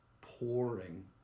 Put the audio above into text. pouring